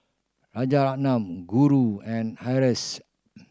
Rajaratnam Guru and Haresh